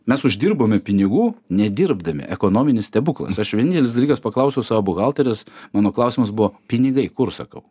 mes uždirbome pinigų nedirbdami ekonominis stebuklas aš vienintelis dalykas paklausiau savo buhalterės mano klausimas buvo pinigai kur sakau